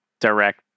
direct